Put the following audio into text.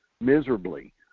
miserably